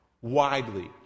widely